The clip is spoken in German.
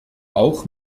auch